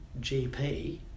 GP